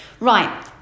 Right